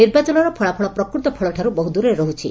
ନିର୍ବାଚନର ଫଳାଫଳ ପ୍ରକୃତ ଫଳଠାରୁ ବହୁ ଦୂରରେ ରହୁଛି